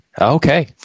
okay